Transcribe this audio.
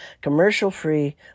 commercial-free